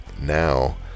now